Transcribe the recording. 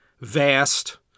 vast